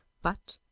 but,